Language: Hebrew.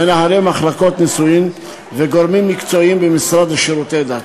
מנהלי מחלקות נישואין וגורמים מקצועיים במשרד לשירותי דת.